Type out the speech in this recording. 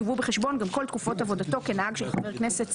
יובאו בחשבון גם כל תקופות עבודתו כנהג של חבר כנסת,